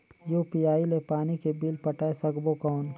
UPI ले पानी के बिल पटाय सकबो कौन?